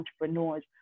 entrepreneurs